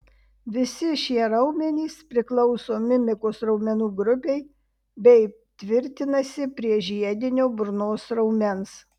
visi šie raumenys priklauso mimikos raumenų grupei bei tvirtinasi prie žiedinio burnos raumens